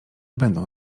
będą